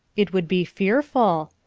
it would be fearful.